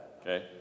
okay